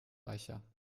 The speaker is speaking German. reicher